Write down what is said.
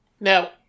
now